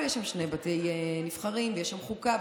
אבל יש שם שני בתי נבחרים ויש שם חוקה.